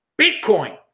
Bitcoin